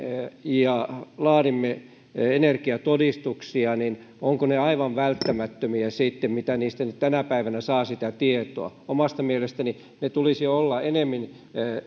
ja laadimme energiatodistuksia niin ovatko ne aivan välttämättömiä sitten mitä niistä nyt tänä päivänä saa sitä tietoa omasta mielestäni niiden tulisi olla